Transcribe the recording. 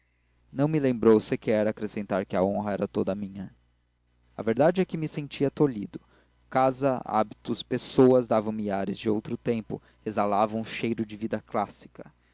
não me lembrou sequer acrescentar que a honra era toda minha a verdade é que me sentia tolhido casa hábitos pessoas davam me ares de outro tempo exalavam um cheiro de vida clássica